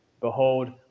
Behold